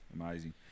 amazing